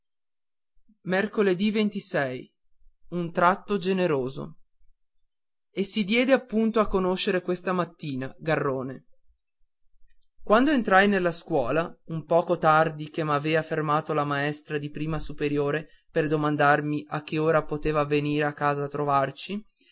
un tratto generoso si diede a conoscere appunto questa mattina garrone quando entrai nella scuola un poco tardi ché m'avea fermato la maestra di prima superiore per domandarmi a che ora poteva venir a casa a trovarci